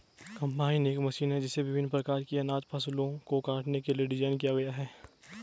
combine एक machine है जिसे विभिन्न प्रकार की अनाज फसलों को काटने के लिए डिज़ाइन किया गया है